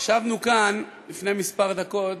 ישבנו כאן לפני כמה דקות